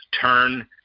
turn